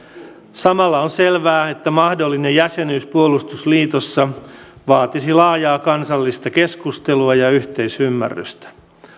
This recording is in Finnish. samalla on selvää että mahdollinen jäsenyys puolustusliitossa vaatisi laajaa kansallista keskustelua ja yhteisymmärrystä